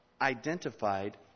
identified